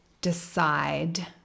decide